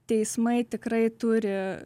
teismai tikrai turi